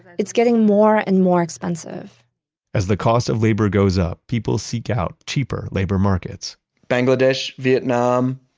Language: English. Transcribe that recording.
it's getting more and more expensive as the cost of labor goes up, people seek out cheaper labor markets bangladesh, vietnam,